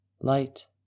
Light